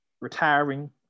retiring